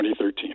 2013